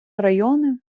райони